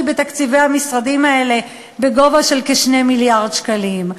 בתקציבי המשרדים האלה בגובה של כ-2 מיליארד שקלים.